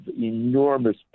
enormous